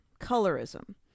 colorism